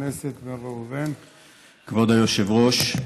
כבוד היושב-ראש,